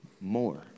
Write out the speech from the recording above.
more